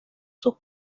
sus